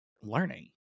learning